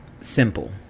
Simple